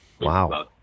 Wow